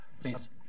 Please